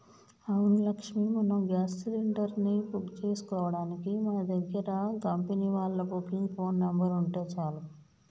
అవును లక్ష్మి మనం gas cylinder ని బుక్ చేసుకోవడానికి మన దగ్గర కంపెనీ వాళ్ళ బుకింగ్ ఫోన్ నెంబర్ ఉంటే చాలు